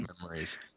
memories